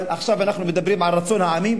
אבל עכשיו אנחנו מדברים על רצון העמים.